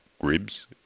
ribs